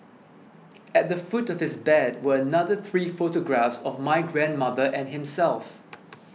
at the foot of his bed were another three photographs of my grandmother and himself